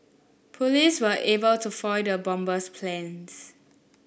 police were able to foil the bomber's plans